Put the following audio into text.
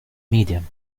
medium